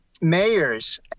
mayors